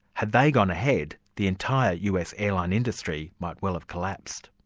had they gone ahead, the entire us airline industry might well have collapsed.